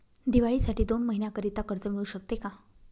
दिवाळीसाठी दोन महिन्याकरिता कर्ज मिळू शकते का?